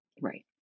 right